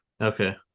Okay